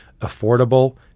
affordable